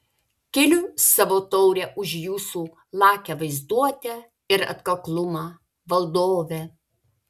keliu savo taurę už jūsų lakią vaizduotę ir atkaklumą valdove